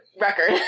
record